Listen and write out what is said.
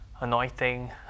anointing